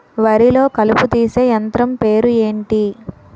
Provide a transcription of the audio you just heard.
వరి లొ కలుపు తీసే యంత్రం పేరు ఎంటి?